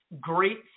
great